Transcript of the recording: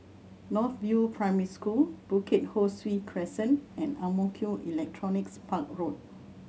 North View Primary School Bukit Ho Swee Crescent and Ang Mo Kio Electronics Park Road